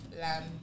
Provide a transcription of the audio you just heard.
Lamb